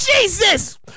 Jesus